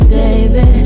baby